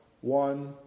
one